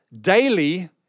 daily